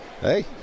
hey